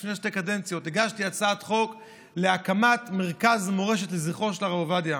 לפני שתי קדנציות הגשתי הצעת חוק להקמת מרכז מורשת לזכרו של הרב עובדיה,